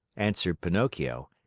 answered pinocchio,